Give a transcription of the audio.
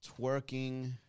twerking